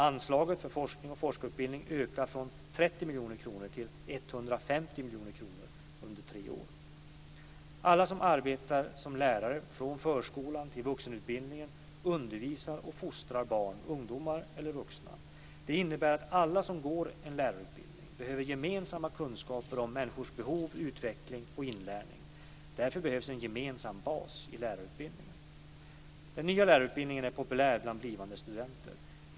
Anslagen för forskning och forskarutbildning ökar från 30 miljoner kronor till 150 miljoner kronor under tre år. Alla som arbetar som lärare från förskolan till vuxenutbildningen undervisar och fostrar barn, ungdomar eller vuxna. Det innebär att alla som går en lärarutbildning behöver gemensamma kunskaper om människors behov, utveckling och inlärning. Därför behövs en gemensam bas i lärarutbildningen. Den nya lärarutbildningen är populär bland blivande studenter.